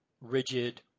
rigid